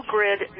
Grid